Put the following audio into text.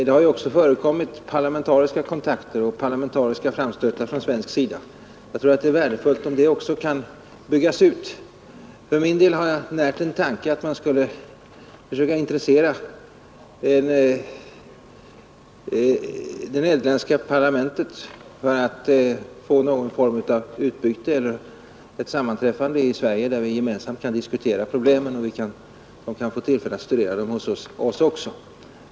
Det har även förekommit parlamentariska framstötar från svensk sida. Jag tror att det vore värdefullt om dessa kontakter kunde byggas ut. Jag har närt en tanke att man skulle försöka intressera det nederländska parlamentet för någon form av utbyte eller ett sammanträffande med parlamentariker och experter i Sverige, där vi gemensamt kunde diskutera problemen. Holländarna kan då få tillfälle att studera våra förhållanden.